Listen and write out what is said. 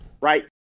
right